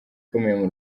ukomeye